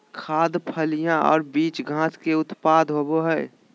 खाद्य, फलियां और बीज घास के उत्पाद होबो हइ